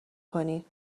کنی